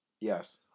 yes